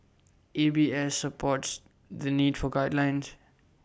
A B S supports the need for guidelines